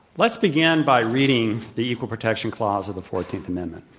let's begin by reading the equal protection clause of the fourteenth amendment.